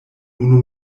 unu